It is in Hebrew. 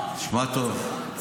זה לא נכון, זה לא נכון.